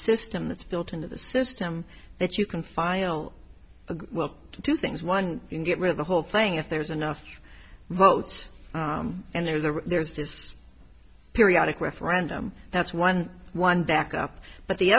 system that's built into the system that you can find you know well two things one you can get rid of the whole thing if there's enough votes and there's a there's this periodic referendum that's one one back up but the